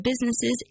businesses